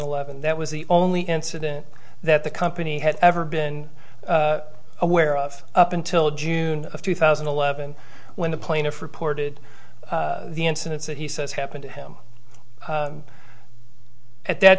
eleven that was the only incident that the company had ever been aware of up until june of two thousand and eleven when the plaintiff reported the incidents that he says happened to him at that